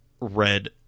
red